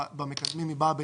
הוצאה שבמקדמים באה בנפרד.